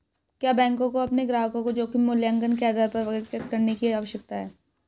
क्या बैंकों को अपने ग्राहकों को जोखिम मूल्यांकन के आधार पर वर्गीकृत करने की आवश्यकता है?